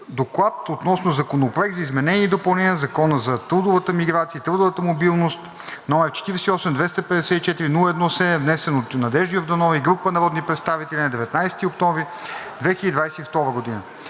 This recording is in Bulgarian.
„ДОКЛАД относно Законопроект за изменение и допълнение на Закона за трудовата миграция и трудовата мобилност, № 48-254-01-7, внесен от Надежда Йорданова и група народни представители на 19 октомври 2022 г.